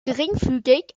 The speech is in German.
geringfügig